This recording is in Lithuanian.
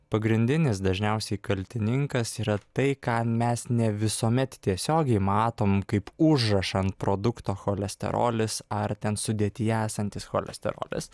pagrindinis dažniausiai kaltininkas yra tai ką mes ne visuomet tiesiogiai matom kaip užrašą ant produkto cholesterolis ar ten sudėtyje esantis cholesterolis